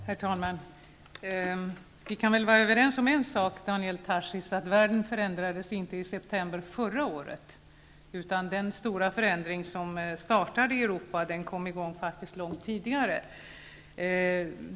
Herr talman! En sak kan vi väl vara överens om, Daniel Tarschys, nämligen att världen förändrades inte i september förra året. Den stora förändring som startat i Europa kom faktiskt i gång långt tidigare.